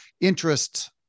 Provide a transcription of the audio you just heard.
interest